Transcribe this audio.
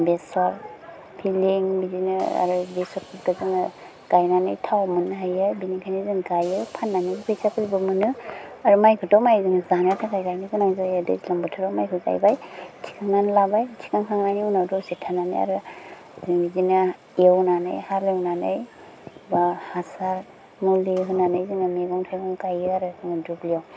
बेसर फिलिं बिदिनो आरो बेसरखौथ' जोङो गायनानै थाव मोन्नो हायो बिनिखायनो जों गायो फान्नानै फैसाफोरबो मोनो आरो मायखौथ' माय जोङो जानो थाखाय गायनो गोनां जायो दैज्लां बेथोराव मायखौ गायबाय थिखांनानै लाबाय थिखां खांनायनि उनाव दसे थानानै आरो जों बिदिनो एवनानै हालेवनानै बा हासार मुलि होनानै जोङो मैगं थाइगं गायो आरो जोङो दुब्लियाव